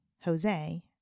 Jose